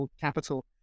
capital